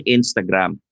Instagram